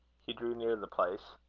he drew near the place.